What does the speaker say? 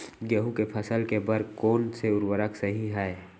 गेहूँ के फसल के बर कोन से उर्वरक सही है?